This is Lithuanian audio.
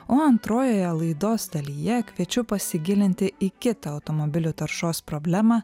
o antrojoje laidos dalyje kviečiu pasigilinti į kitą automobilių taršos problemą